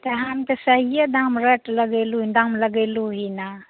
तऽ हम तऽ सहिए दाम रेट लगेलहुँ दाम लगेलहुँ हंँ ने